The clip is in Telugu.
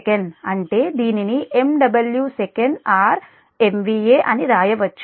అంటే దీనిని MW sec MVA అని వ్రాయవచ్చు